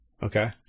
Okay